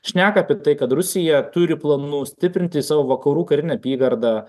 šneka apie tai kad rusija turi planų stiprinti savo vakarų karinę apygardą